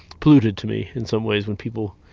polluted to me in some ways. when people,